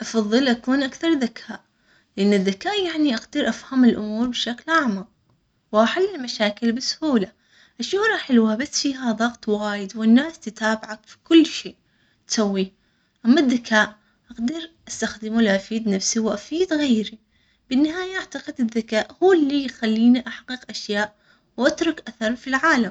افضل أكون أكثر ذكاء، لأن الذكاء يعني أقدر أفهم الأمور بشكل أعمق وأحلل مشاكل بسهولة. الشهرة حلوة بس فيها ضغط وايد والناس تتابعك في كل شيء تسويه، أما الذكاء أقدر أستخدمه لا فيد نفسي وأفيد غيري. بالنهاية أعتقد الذكاء.